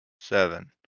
seven